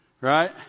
right